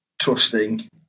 trusting